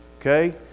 okay